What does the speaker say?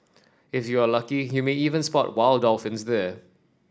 if you are lucky you may even spot wild dolphins there